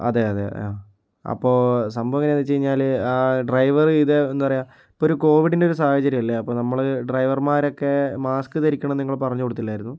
അതെ അതെ ആ അപ്പോൾ സംഭവം എങ്ങനെയാണെന്ന് വച്ചു കഴിഞ്ഞാൽ ആ ഡ്രൈവറ് ഇത് എന്താ പറയുക ഒരു കോവിഡിൻ്റെ ഒരു സാഹചര്യമല്ലേ അപ്പോൾ നമ്മൾ ഡ്രൈവർമാരൊക്കെ മാസ്ക് ധരിക്കണം എന്നു ഞങ്ങൾ പറഞ്ഞു കൊടുത്തിട്ടില്ലായിരുന്നു